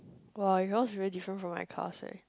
[wah] yours is very different from my class leh